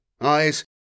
eyes